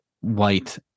white